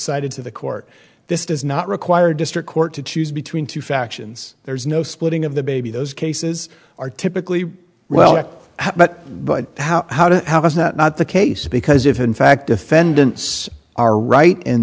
cited to the court this does not require district court to choose between two factions there's no splitting of the baby those cases are typically well but but how how to how does that not the case because if in fact defendants are right in